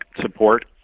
support